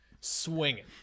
swinging